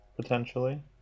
potentially